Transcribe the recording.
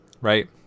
right